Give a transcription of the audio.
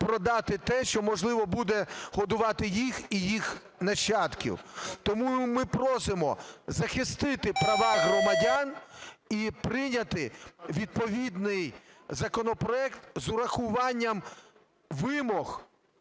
продати те, що, можливо, буде годувати їх і їх нащадків. Тому ми просимо захистити права громадян і прийняти відповідний законопроект з урахуванням вимог